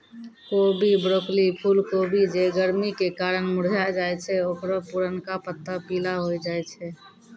कोबी, ब्रोकली, फुलकोबी जे गरमी के कारण मुरझाय जाय छै ओकरो पुरनका पत्ता पीला होय जाय छै